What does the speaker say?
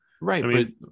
right